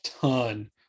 ton